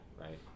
right